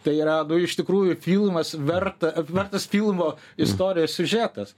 tai yra nu iš tikrųjų filmas verta vertas filmo istorija siužetas